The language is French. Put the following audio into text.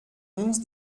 onze